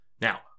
Now